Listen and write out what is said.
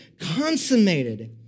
consummated